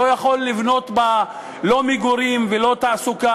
הוא לא יכול לבנות בה לא מגורים ולא מקום תעסוקה